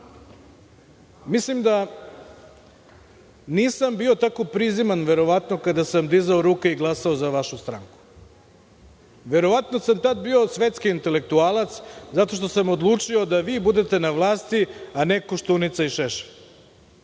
Mislim da nisam bio tako prizeman, verovatno, kada sam dizao ruke i glasao za vašu stranku. Verovatno sam tada bio svetski intelektualac zato što sam odlučio da vi budete na vlasti, a ne Koštunica i Šešelj.